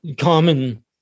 common